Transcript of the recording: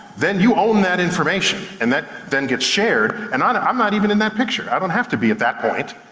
then you own that information. and that then gets shared, and and i'm not even in that picture. i don't have to be at that point.